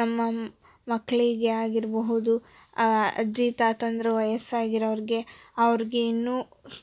ನಮ್ಮ ಮಕ್ಕಳಿಗೆ ಆಗಿರಬಹುದು ಅಜ್ಜಿ ತಾತಂದಿರು ವಯಸ್ಸಾಗಿರವ್ರಿಗೆ ಅವ್ರಿಗೆ ಇನ್ನೂ